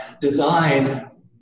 design